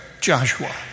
Joshua